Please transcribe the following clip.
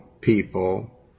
people